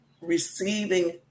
receiving